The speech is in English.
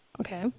Okay